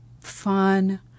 fun